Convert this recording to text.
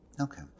Okay